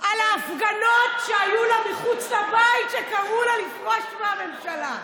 על ההפגנות שהיו לה מחוץ לבית שקראו לה לפרוש מהממשלה,